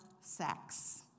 sex